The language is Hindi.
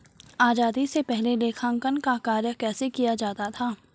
आजादी से पहले लेखांकन का कार्य कैसे किया जाता था?